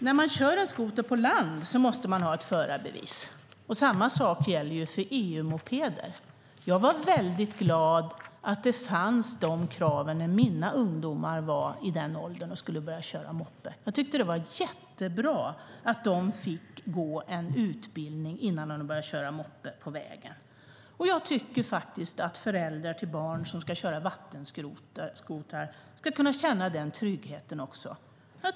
För att få köra skoter på land måste man ha förarbevis. Samma sak gäller för EU-mopeder. Jag var glad att de kraven fanns när mina ungdomar var i den åldern och skulle börja köra moppe. Det var bra att de fick gå en utbildning innan de började köra moppe på vägar. Jag tycker faktiskt att föräldrar till barn som ska köra vattenskotrar ska få känna den tryggheten också.